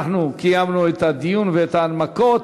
קיימנו את הדיון ואת ההנמקות.